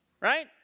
right